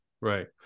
Right